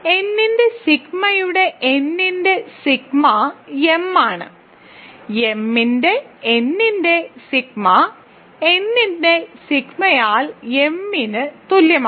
n ന്റെ സിഗ്മയുടെ n ന്റെ സിഗ്മ m ആണ് m ന്റെ n ന്റെ സിഗ്മ n ന്റെ സിഗ്മയാൽ m ന് തുല്യമാണ്